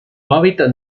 hábitat